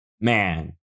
man